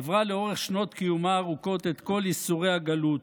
עברה לאורך שנות קיומה הארוכות את כל ייסורי הגלות,